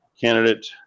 candidate